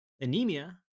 Anemia